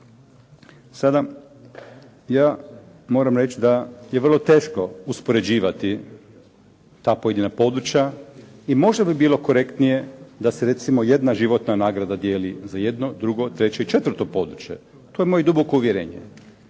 Sada ja moram reći da je vrlo teško uspoređivati ta pojedina područja i možda bi bilo korektnije da se jedna životna nagrada dijeli za jedno, drugo, treće i četvrto područje. To je moje duboko uvjerenje.